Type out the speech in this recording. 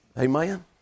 Amen